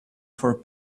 for